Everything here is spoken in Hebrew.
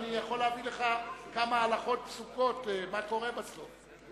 אני יכול להביא לך כמה הלכות פסוקות מה קורה בסוף.